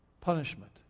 punishment